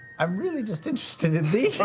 i'm really just interested in these.